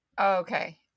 Okay